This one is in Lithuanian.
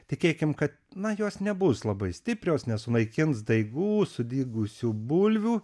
tikėkim kad na jos nebus labai stiprios nesunaikins daigų sudygusių bulvių